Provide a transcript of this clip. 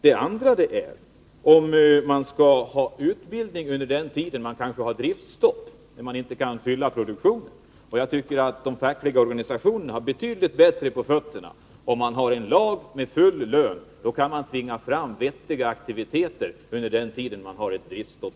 En andra delfråga är: Skall det anordnas utbildning under tider med driftstopp, när företagen inte har full produktion? De fackliga organisationerna skulle ha betydligt bättre på fötterna om det fanns en lag om full lön vid permittering — då kan de t.ex. tvinga fram vettiga aktiviteter under tider med driftstopp.